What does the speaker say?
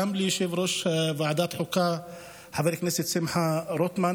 גם ליושב-ראש ועדת החוקה חבר הכנסת שמחה רוטמן,